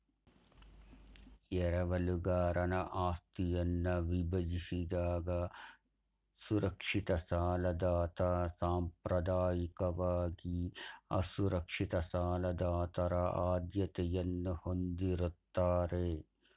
ಎರವಲುಗಾರನ ಆಸ್ತಿಯನ್ನ ವಿಭಜಿಸಿದಾಗ ಸುರಕ್ಷಿತ ಸಾಲದಾತ ಸಾಂಪ್ರದಾಯಿಕವಾಗಿ ಅಸುರಕ್ಷಿತ ಸಾಲದಾತರ ಆದ್ಯತೆಯನ್ನ ಹೊಂದಿರುತ್ತಾರೆ